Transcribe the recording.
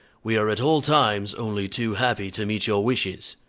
we are at all times only too happy to meet your wishes.